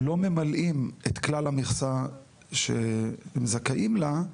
לא ממלאים את כלל המכסה שהם זכאים לה,